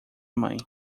mãe